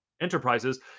enterprises